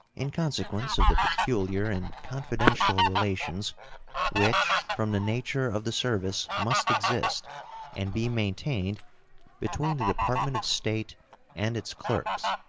in consequence of the peculiar and confidential relations which from the nature of the service must exist and be maintained between the department of state and its clerks,